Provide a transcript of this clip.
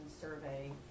survey